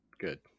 Good